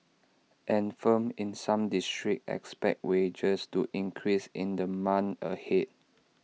and firms in some districts expect wages to increase in the months ahead